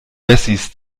wessis